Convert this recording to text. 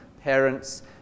parents